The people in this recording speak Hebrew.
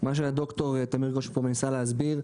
מה שד"ר תמיר גושן פה מנסה להסביר,